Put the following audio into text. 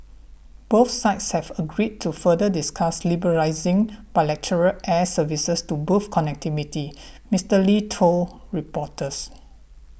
both sides have agreed to further discuss liberalising bilateral air services to boost connectivity Mister Lee told reporters